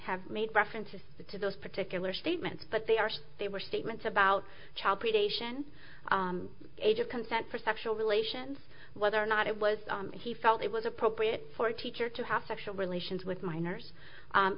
have made references to those particular statements but they are they were statements about child creation age of consent for sexual relations whether or not it was he felt it was appropriate for a teacher to have sexual relations with minors